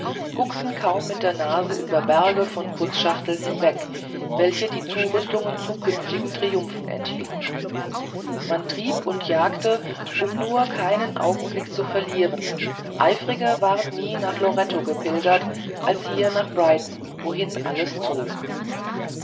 guckten kaum mit der nase über berge von putzschachteln hinweg welche die zurüstungen zu künftigen triumphen enthielten man trieb und jagte um nur keinen auenblick zu verlieren eifriger ward nie nach loreto gepilgert als hier nach brighton wohin alles zog